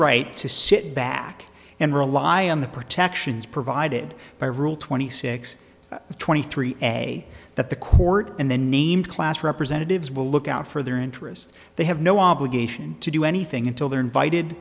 right to sit back and rely on the protections provided by rule twenty six twenty three a that the court and then named class representatives will look out for their interests they have no obligation to do anything until they're invited